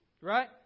Right